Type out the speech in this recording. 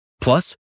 Plus